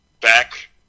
back